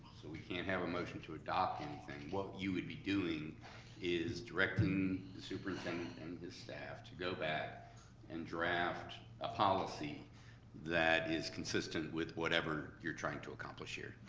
so we can't have a motion to adopt anything. what you would be doing is directing the superintendent and his staff to go back and draft a policy that is consistent with whatever you are trying to accomplish here.